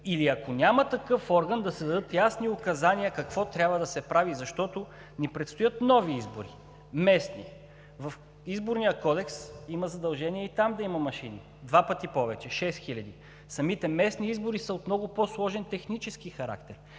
или ако няма такъв орган, да се дадат ясни указания какво трябва да се прави, защото ни предстоят нови избори – местни. В Изборния кодекс има задължение и там да има машини, два пъти повече – шест хиляди. Самите местни избори са от много по-сложен технически характер